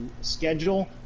schedule